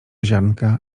ziarnka